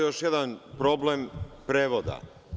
Još jedan problem prevoda.